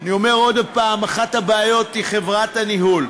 אני אומר עוד הפעם: אחת הבעיות היא חברת הניהול.